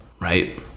Right